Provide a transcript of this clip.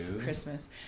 Christmas